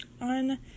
on